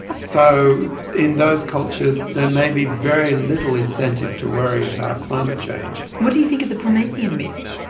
ah so in those cultures there may be very little incentive to worry about climate change. what do you think of the promethean myth?